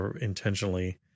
intentionally